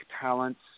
talents